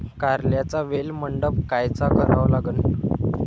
कारल्याचा वेल मंडप कायचा करावा लागन?